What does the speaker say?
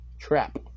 Trap